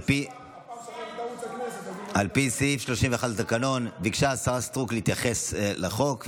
על פי סעיף 31 לתקנון ביקשה השרה סטרוק להתייחס לחוק,